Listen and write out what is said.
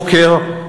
הבוקר,